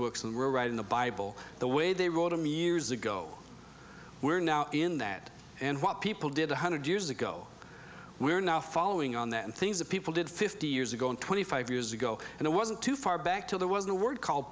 books that were right in the bible the way they wrote them years ago we're now in that and what people did one hundred years ago we're now following on that and things that people did fifty years ago and twenty five years ago and it wasn't too far back to there was a word called